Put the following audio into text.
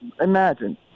Imagine